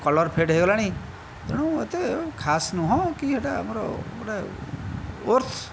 colour fade ହୋଇଗଲାଣି ତେଣୁ ଏତେ ଖାସ୍ ନୁହେଁ କି ସେଇଟା ଆମର ଗୋଟିଏ ୱର୍ସ